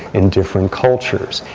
in different cultures.